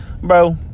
bro